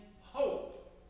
hope